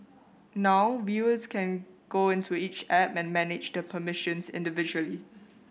now viewers can go into each app and manage the permissions individually